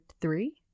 three